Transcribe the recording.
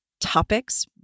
topics